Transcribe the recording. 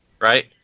right